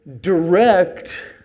direct